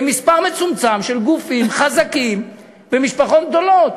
למספר מצומצם של גופים חזקים ומשפחות גדולות?